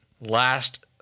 Last